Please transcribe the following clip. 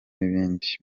ibindi